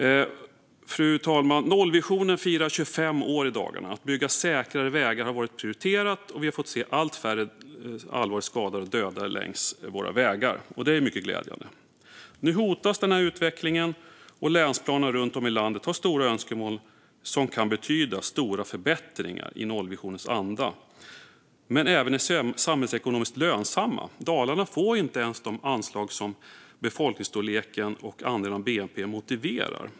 Nollvisionen firar 25 år i dagarna. Att bygga säkrare vägar har varit prioriterat, och vi har fått se allt färre allvarligt skadade och dödade längs våra vägar. Det är mycket glädjande. Nu hotas den utvecklingen. I länsplanerna runt om i landet har man stora önskemål som kan betyda stora förbättringar i nollvisionens anda - de är även samhällsekonomiskt lönsamma. Dalarna får inte ens de anslag som befolkningsstorleken och andelen av bnp motiverar.